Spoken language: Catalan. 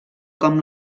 com